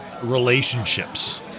relationships